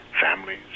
families